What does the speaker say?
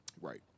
Right